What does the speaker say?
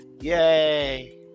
Yay